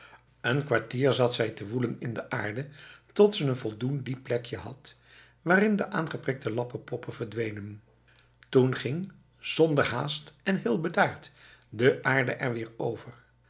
een kwartier zat zij te woelen in de aarde tot ze een voldoend diep plekje had waarin de aangeprikte lappenpoppen verdwenen toen ging zonder haast en heel bedaard de aarde er weer over